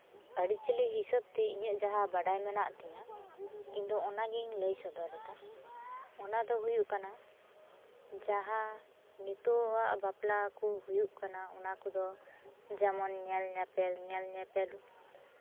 ᱟᱹᱨᱤᱪᱟᱹᱞᱤ ᱦᱤᱥᱟᱹᱵ ᱛᱮ ᱤᱧᱟᱹᱜ ᱡᱟᱦᱟᱸ ᱵᱟᱰᱟᱭ ᱢᱮᱱᱟᱜ ᱛᱤᱧᱟᱹ ᱤᱧᱫᱚ ᱚᱱᱟᱜᱤᱧ ᱞᱟᱹᱭ ᱥᱚᱫᱚᱨᱮᱫᱟ ᱚᱱᱟ ᱫᱚ ᱦᱩᱭᱩᱜ ᱠᱟᱱᱟ ᱡᱟᱦᱟᱸ ᱱᱤᱛᱳᱜ ᱟᱜ ᱵᱟᱯᱞᱟ ᱠᱚ ᱦᱩᱭᱩᱜ ᱠᱟᱱᱟ ᱚᱱᱟ ᱠᱚᱫᱚ ᱡᱮᱢᱚᱱ ᱧᱮᱞ ᱧᱮᱯᱮᱞ ᱧᱮᱞ ᱧᱮᱯᱮᱞ